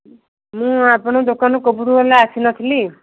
ମୁଁ ଆପଣଙ୍କ ଦୋକାନରୁ କେବେଠୁ ହେଲା ଆସିନଥିଲି